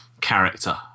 character